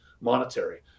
monetary